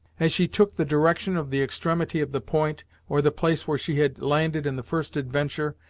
as she took the direction of the extremity of the point, or the place where she had landed in the first adventure,